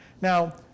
Now